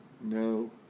No